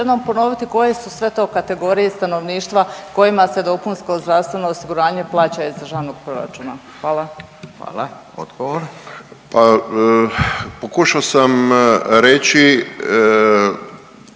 jednom ponoviti koje su sve to kategorije stanovništva kojima se dopunsko zdravstveno osiguranje plaća iz državnog proračuna? Hvala. **Radin, Furio